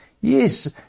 Yes